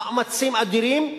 מאמצים אדירים,